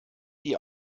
die